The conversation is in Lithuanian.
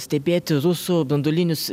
stebėti rusų branduolinius